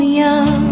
young